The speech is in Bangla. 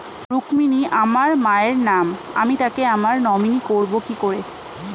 রুক্মিনী আমার মায়ের নাম আমি তাকে আমার নমিনি করবো কি করে?